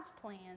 plans